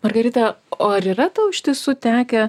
margarita o ar yra tau iš tiesų tekę